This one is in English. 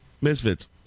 Misfits